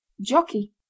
Jockey